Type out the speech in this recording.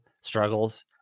struggles